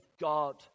God